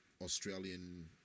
Australian